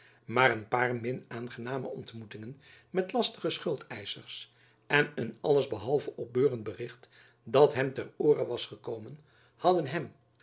maar een paar min aangename ontmoetingen met lastige schuldeischers en een alles behalve opbeurend bericht dat hem ter oore was gekomen hadden hem